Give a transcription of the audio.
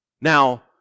Now